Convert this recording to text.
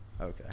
okay